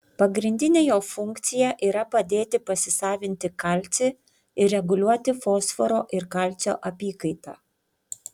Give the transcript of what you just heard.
pagrindinė jo funkcija yra padėti pasisavinti kalcį ir reguliuoti fosforo ir kalcio apykaitą